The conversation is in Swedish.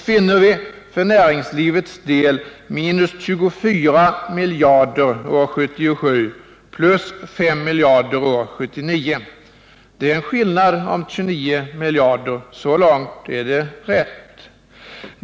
Vi finner då för näringslivets del 24 miljarder år 1977, +5 miljarder 1979. Det är en skillnad på 29 miljarder — så långt är det rätt.